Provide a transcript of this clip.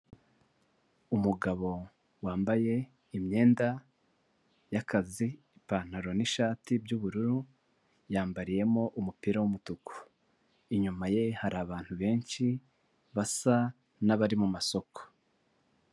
Umugabo wambaye imyenda y'akazi ipantaro n'ishati by'ubururu, yambariyemo umupira w'umutuku, inyuma ye hari abantu benshi basa nabari mu masoko.